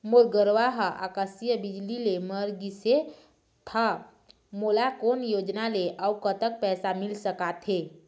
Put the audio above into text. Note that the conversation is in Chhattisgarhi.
मोर गरवा हा आकसीय बिजली ले मर गिस हे था मोला कोन योजना ले अऊ कतक पैसा मिल सका थे?